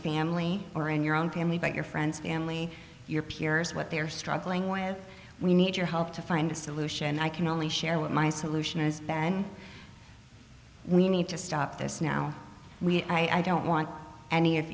family or in your own family but your friends family your peers what they're struggling with we need your help to find a solution i can only share with my solution is then we need to stop this now i don't want any of